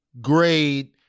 grade